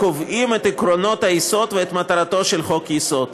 הקובעים את עקרונות היסוד ואת מטרתו של חוק-היסוד.